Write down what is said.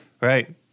right